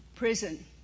prison